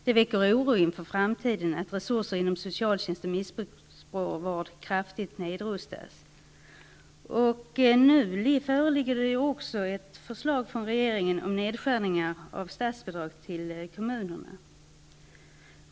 Det väcker oro inför framtiden att resurser inom socialtjänst och missbrukarvård kraftigt nedrustas. Nu föreligger också ett förslag från regeringen om nedskärningar av statsbidrag till kommunerna.